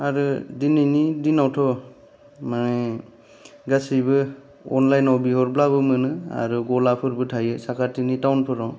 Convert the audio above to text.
आरो दिनैनि दिनावथ' माने गासैबो अनलाइनआव बिहरब्लाबो मोनो आरो गलाफोरबो थायो साखाथिनि टाउनफोराव